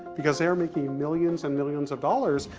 because they are making millions and millions of dollars.